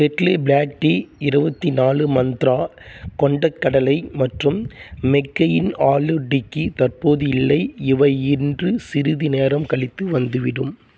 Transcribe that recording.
Tetley black tea இருபத்தி நாலு மந்த்ரா கொண்டைக் கடலை மற்றும் மெக்கெயின் ஆலு டிக்கி தற்போது இல்லை இவை இன்று சிறிது நேரம் கழித்து வந்துவிடும்